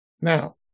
Now